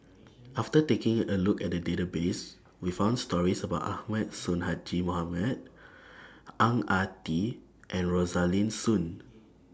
after taking A Look At The Database We found stories about Ahmad Sonhadji Mohamad Ang Ah Tee and Rosaline Soon